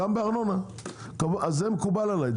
זה מקובל עליי.